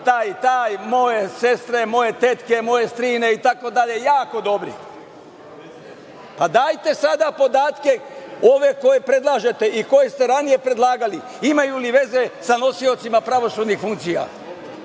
taj i taj, moje sestre, moje tetke, moje strine itd, jako dobri. Dajte sada podatke ove koje predlažete i koje ste ranije predlagali, imaju li veze sa nosiocima pravosudnih funkcija.